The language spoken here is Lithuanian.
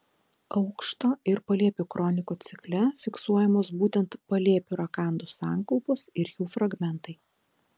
aukšto ir palėpių kronikų cikle fiksuojamos būtent palėpių rakandų sankaupos ir jų fragmentai